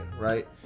right